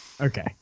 Okay